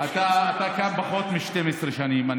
אתה כאן פחות מ-12 שנים,